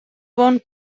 bon